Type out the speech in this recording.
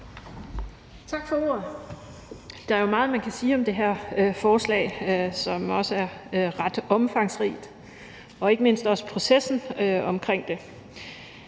Tak for ordet. Der er jo meget, man kan sige om det her forslag, som også er ret omfangsrigt, og ikke mindst også om processen omkring det.